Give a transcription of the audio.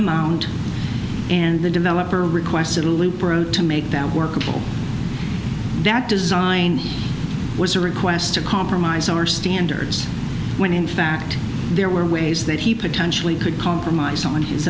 amount and the developer requested a loop road to make that workable that design was a request to compromise our standards when in fact there were ways that he potentially could compromise on his